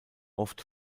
oft